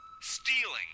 Stealing